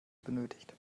benötigt